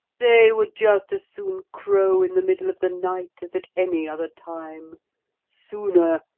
they would just as soon crow in the middle of the night as at any other time sooner,